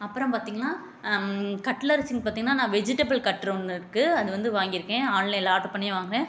அப்புறம் பார்த்தீங்கன்னா கட்லர் சிம் பார்த்தீங்கன்னா நான் வெஜிடபிள் கட்டர் ஒன்று இருக்கு அது வந்து வாங்கியிருக்கேன் ஆன்லைனில் ஆர்டர் பண்ணி வாங்கினேன்